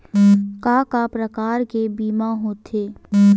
का का प्रकार के बीमा होथे?